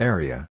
Area